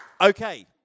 Okay